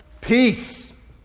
Peace